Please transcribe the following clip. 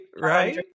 right